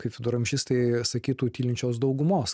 kaip viduramžistai sakytų tylinčios daugumos